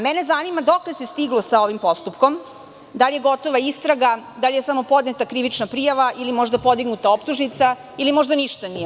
Mene zanima dokle se stiglo sa ovim postupkom, da li je gotova istraga, da li je samo podneta krivična prijava ili možda podignuta optužnica ili možda ništa nije